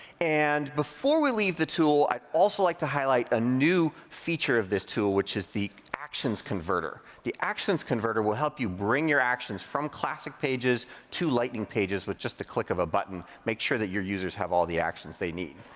and before we leave the tool, i'd also like to highlight a new feature of this tool, which is the actions converter. the actions converter will help you bring your actions from classic pages to lightning pages with just the click of a button. make sure that your users have all the actions they need.